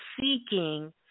seeking